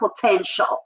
potential